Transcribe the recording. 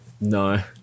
No